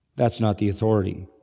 that's not the authority.